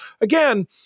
Again